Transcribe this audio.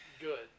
Good